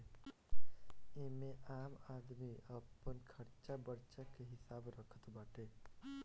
एमे आम आदमी अपन खरचा बर्चा के हिसाब रखत बाटे